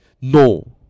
no